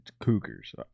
cougars